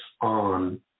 on